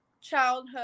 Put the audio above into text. childhood